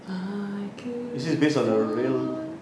I could fall